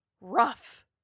rough